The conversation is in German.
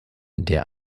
der